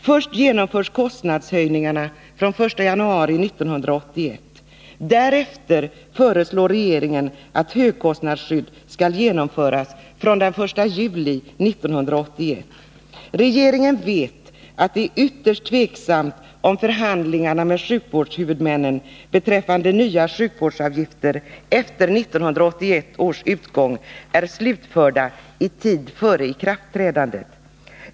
Först genomförs kostnadshöjningarna från den 1 januari 1981. Därefter föreslår regeringen att högkostnadsskydd skall genomföras från den 1 juli 1981. Regeringen vet att det är ytterst tveksamt om förhandlingarna med sjukvårdshuvudmännen beträffande nya sjukvårdsavgifter efter 1981 års utgång är slutförda i tid före ikraftträdandet.